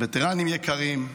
וטרנים יקרים,